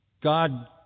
God